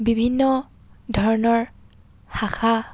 বিভিন্ন ধৰণৰ শাখা